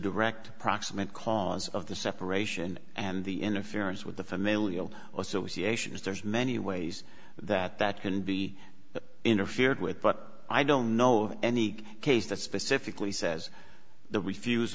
direct proximate cause of the separation and the in affairs with the familial association is there's many ways that that can be interfered with but i don't know of any case that specifically says the re